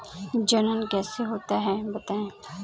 जनन कैसे होता है बताएँ?